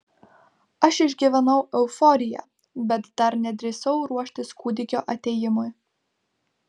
aš išgyvenau euforiją bet dar nedrįsau ruoštis kūdikio atėjimui